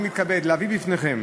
אני מתכבד להביא בפניכם